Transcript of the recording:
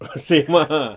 same ah